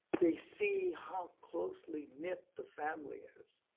they see how closely knit the family is.